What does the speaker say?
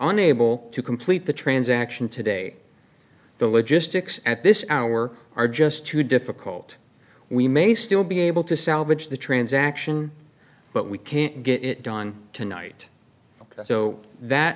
unable to complete the transaction today the logistics at this hour are just too difficult we may still be able to salvage the transaction but we can't get it done tonight ok so that